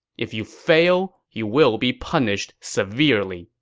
if you fail, you will be punished severely,